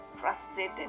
frustrated